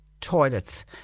toilets